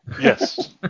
Yes